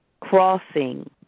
crossing